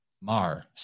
Mar